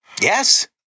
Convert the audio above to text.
Yes